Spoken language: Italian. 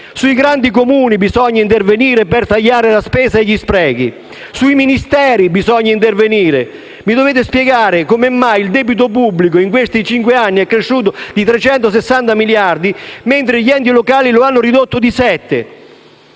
sui Ministeri bisogna intervenire per tagliare la spesa e gli sprechi. Mi dovete spiegare come mai il debito pubblico, in questi cinque anni, è cresciuto di 360 miliardi mentre gli enti locali lo hanno ridotto di 7